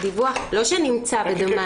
לא שנמצא בדמן,